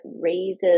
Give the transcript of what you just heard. raises